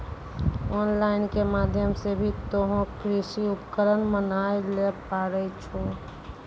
on line के माध्यम से भी तोहों कृषि उपकरण मंगाय ल पारै छौ